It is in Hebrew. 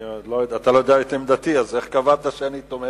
אתה עוד לא יודע את עמדתי, אז איך קבעת שאני תומך?